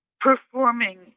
performing